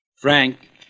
Frank